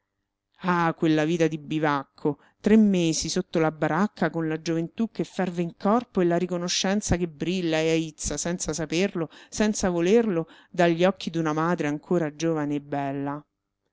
ah quella vita di bivacco tre mesi sotto la baracca con la gioventù che ferve in corpo e la riconoscenza che brilla e aizza senza saperlo senza volerlo dagli occhi d'una madre ancora giovane e bella